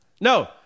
No